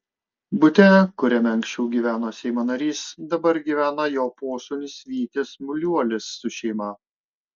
bute kuriame anksčiau gyveno seimo narys dabar gyvena jo posūnis vytis muliuolis su šeima